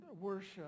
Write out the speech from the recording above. worship